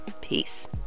Peace